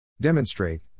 Demonstrate